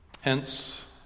Hence